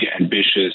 ambitious